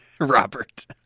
Robert